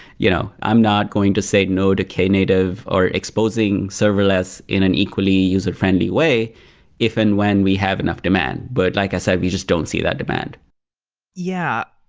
you know i'm not going to say no to knative, or exposing serverless in an equally user-friendly way if and when we have enough demand. but like i said, we just don't see that demand yeah.